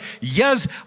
yes